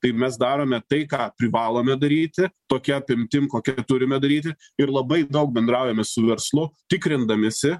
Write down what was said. tai mes darome tai ką privalome daryti tokia apimtim kokia ir turime daryti ir labai daug bendraujame su verslu tikrindamiesi